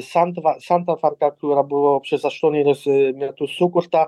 santva santvarką kuri buvo prieš aštuonerius metus sukurta